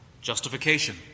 Justification